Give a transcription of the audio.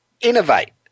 innovate